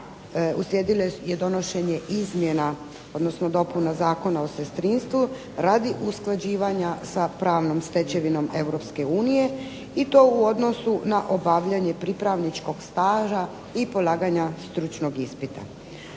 uslijedilo je donošenje izmjena, odnosno dopuna Zakona o sestrinstvu radi usklađivanja sa pravnom stečevinom Europske unije i to u odnosu na obavljanje pripravničkog staža i polaganja stručnog ispita.